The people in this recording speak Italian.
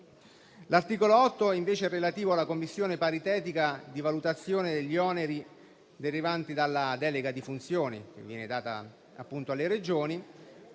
L'articolo 8 è invece relativo alla commissione paritetica di valutazione degli oneri derivanti dalla delega di funzioni, che viene data alle Regioni.